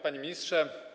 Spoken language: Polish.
Panie Ministrze!